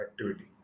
activity